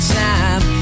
time